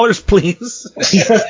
please